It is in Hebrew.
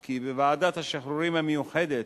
כי בוועדת השחרורים המיוחדת